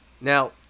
Now